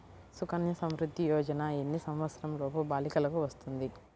సుకన్య సంవృధ్ది యోజన ఎన్ని సంవత్సరంలోపు బాలికలకు వస్తుంది?